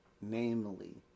namely